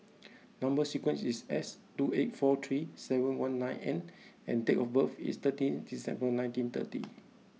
number sequence is S two eight four three seven one nine N and date of birth is thirteen December nintyeen thirty